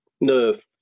nerve